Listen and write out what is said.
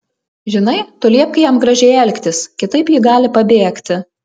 žinai tu liepk jam gražiai elgtis kitaip ji gali pabėgti